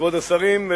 כבוד השרים,